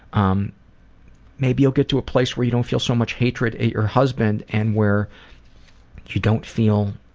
um maybe you'll get to a place where you don't feel so much hatred at your husband and where you don't feel